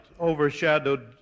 overshadowed